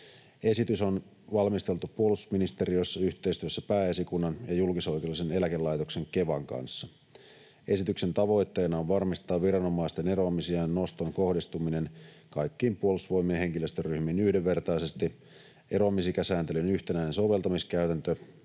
Esitys on valmisteltu puolustusministeriössä yhteistyössä Pääesikunnan ja julkisoikeudellisen eläkelaitoksen Kevan kanssa. Esityksen tavoitteena on varmistaa viranomaisten eroamisiän noston kohdistuminen kaikkiin Puolustusvoimien henkilöstöryhmiin yhdenvertaisesti, eroamisikäsääntelyn yhtenäinen soveltamiskäytäntö